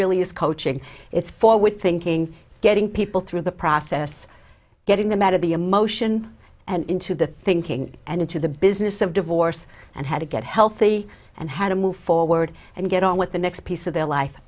really is coaching it's forward thinking getting people through the process getting them out of the emotion and into the thinking and into the business of divorce and how to get healthy and how to move forward and get on with the next piece of their life